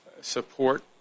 support